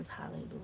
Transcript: hallelujah